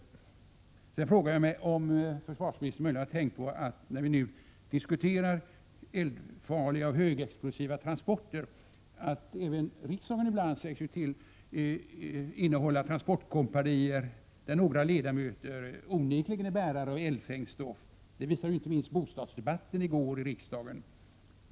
Vidare frågar jag mig om försvarsministern, när vi nu diskuterar frågan om transporter med eldfarligt och högexplosivt gods, möjligen har tänkt på att även riksdagen ibland sägs innefatta transportkompanier, där några ledamöter onekligen är bärare av eldfängt stoff. Det visade inte minst bostadsdebatten här i går.